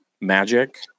magic